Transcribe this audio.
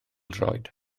droed